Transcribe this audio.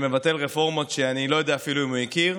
שמבטל רפורמות שאני לא יודע אפילו אם הוא הכיר,